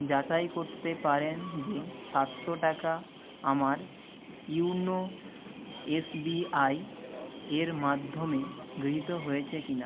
যাচাই করতে পারেন যে সাতশো টাকা আমার ইয়োনো এসবিআই এর মাধ্যমে গৃহীত হয়েছে কি না